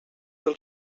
del